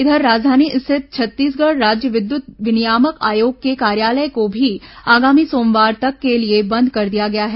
इधर राजधानी स्थित छत्तीसगढ़ राज्य विद्युत विनियामक आयोग के कार्यालय को भी आगामी सोमवार तक के लिए बंद कर दिया गया है